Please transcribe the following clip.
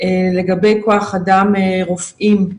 לגבי כוח אדם רופאים,